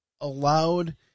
allowed